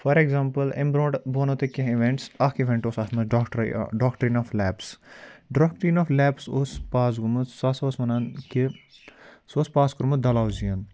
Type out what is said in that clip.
for example اَمہِ برٛونٛٹھ بہٕ وَنو تۄہہِ کینٛہہ اِوٮ۪نٹٕس اَکھ اِونٛٹ اوس اَتھ منٛز doctor doctrine of lapse doctrine of lapse اوس پاس گوٚمُت سُہ ہَسا اوس وَنان کہِ سُہ اوس پاس کوٚرمُت ڈٮ۪لہَوزیٖیَن